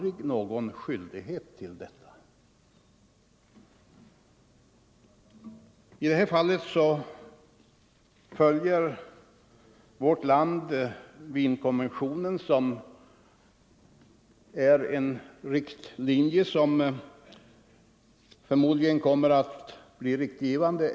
I det här fallet följer vårt land Wienkonventionen, som är och förmodligen även kommer att förbli en riktlinje.